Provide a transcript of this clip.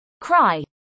Cry